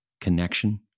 connection